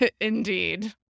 Indeed